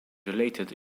related